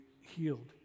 healed